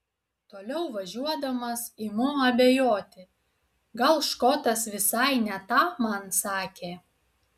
toliau važiuodamas imu abejoti gal škotas visai ne tą man sakė